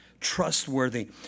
Trustworthy